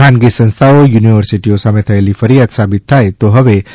ખાનગી સંસ્થાઓ યુનિવર્સિટીઓ સામે થયેલી ફરીયાદ સાબિત થાય તો હવે રૂ